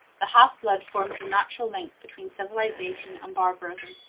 the half-blood forms the natural link between civilization and barbarism.